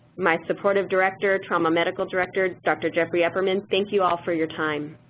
my supportive director, trauma medical director, dr. jeffrey upperman, thank you all for your time.